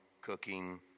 cooking